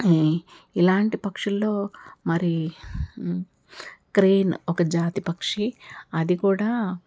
ఇలాంటి పక్షుల్లో మరి క్రెయిన్ ఒక జాతి పక్షి అదికూడా